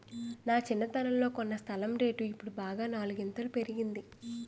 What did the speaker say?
నా చిన్నతనంలో కొన్న స్థలం రేటు ఇప్పుడు బాగా నాలుగింతలు పెరిగింది